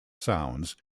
sounds